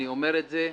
אני אומר את זה כמחאה.